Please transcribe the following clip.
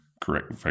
correct